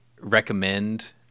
recommend